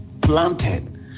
Planted